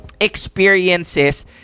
experiences